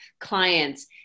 clients